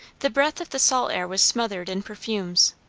the breath of the salt air was smothered in perfumes.